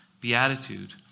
Beatitude